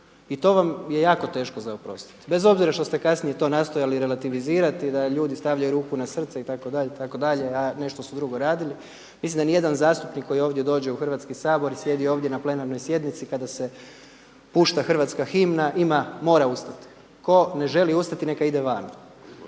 i to vam je jako teško za oprostiti, bez obzira što se kasnije to nastojali relativizirati da ljudi stavljaju ruku na srce itd. a nešto su drugo radili. Mislim da niti jedan zastupnik koji ovdje dođe u Hrvatski sabor i sjedi ovdje na plenarnoj sjednici kada se pušta Hrvatska himna, ima, mora ustati. Tko ne želi ustati neka ide van.